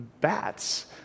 bats